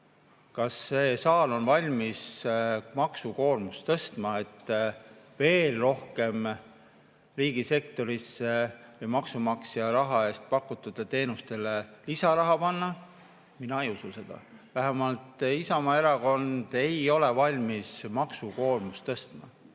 Kas see saal on valmis maksukoormust tõstma, et veel rohkem riigisektorisse või maksumaksja raha eest pakutud teenustele lisaraha panna? Mina ei usu seda, vähemalt Isamaa Erakond ei ole valmis maksukoormust tõstma.